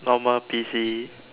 normal P_C